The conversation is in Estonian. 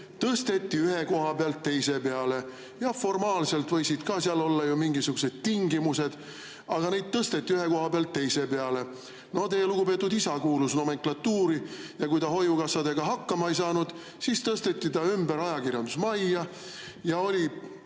tõsteti ühe koha pealt teise peale. Jah, formaalselt võisid ka seal olla mingisugused tingimused, aga neid tõsteti ühe koha pealt teise peale. No teie lugupeetud isa kuulus nomenklatuuri ja kui ta hoiukassadega hakkama ei saanud, siis tõsteti ta ümber Ajakirjandusmajja ja oli